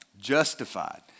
justified